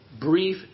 brief